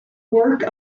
work